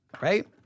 right